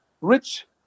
rich